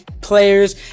players